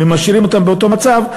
ומשאירים אותם באותו מצב,